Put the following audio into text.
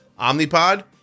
Omnipod